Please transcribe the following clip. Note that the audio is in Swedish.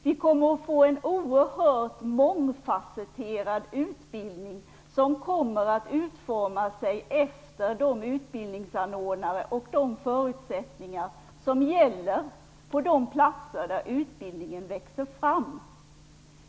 Vi kommer att få en oerhört mångfasetterad utbildning som kommer att utformas efter de utbildningsanordnare och de förutsättningar som gäller på de platser där utbildningen växer fram.